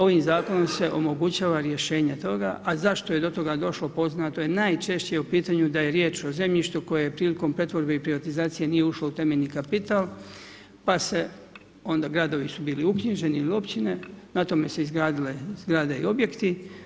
Ovim zakonom se omogućava rješenje toga, a zašto je do toga došlo, poznato je najčešće o pitanju da je riječ o zemljištu koje je prilikom pretvorbe i privatizacije nije ušlo u temeljni kapital, pa se, onda, gradovi su bili uknjiženi ili općine, na tome su se izgradile zgrade i objekti.